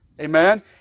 Amen